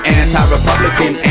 anti-Republican